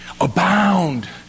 abound